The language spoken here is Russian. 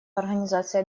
организации